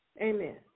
Amen